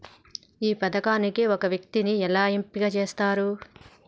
ఈ పథకానికి ఒక వ్యక్తిని ఎలా ఎంపిక చేస్తారు?